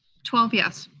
twelve yes.